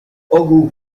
ogół